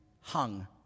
hung